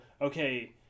okay